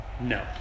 No